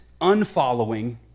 unfollowing